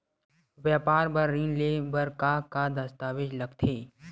व्यापार बर ऋण ले बर का का दस्तावेज लगथे?